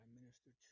minister